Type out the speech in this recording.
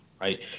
right